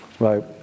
Right